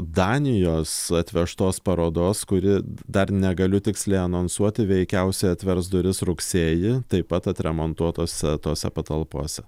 danijos atvežtos parodos kuri dar negaliu tiksliai anonsuoti veikiausiai atvers duris rugsėjį taip pat atremontuotose tose patalpose